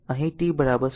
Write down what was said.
3 બનાવ્યું